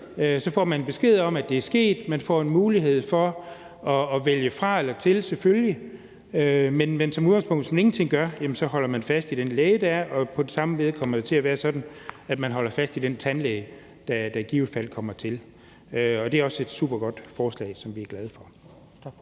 får man besked om, at det er sket; man får en mulighed for at vælge fra eller til, selvfølgelig. Men hvis man ingenting gør, holder man som udgangspunkt fast i den læge, der er, og på den samme led kommer det til at være sådan, at man holder fast i den tandlæge, der i givet fald kommer til. Og det er også et supergodt forslag, som vi er glade for.